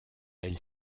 elle